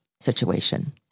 situation